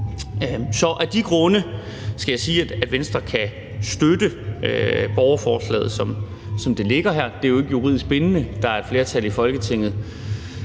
Så af de grunde skal jeg sige, at Venstre kan støtte borgerforslaget, som det ligger her. Det er jo ikke juridisk bindende. Der er et flertal i Folketinget